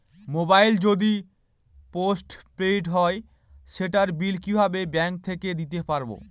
Mobile যদি postpaid হয় সেটার বিল কিভাবে ব্যাংক থেকে দিতে পারব?